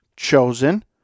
chosen